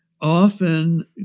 often